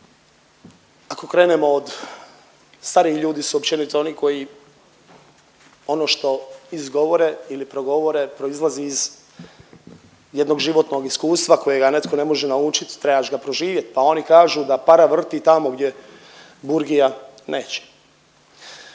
Ako krenemo od, stariji ljudi su općenito oni koji ono što izgovore ili progovore proizlazi iz jednog životnog iskustva kojega netko ne može naučiti, trebaš ga proživjeti pa oni kažu da para vrti tamo gdje burgija neće.